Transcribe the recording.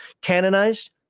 canonized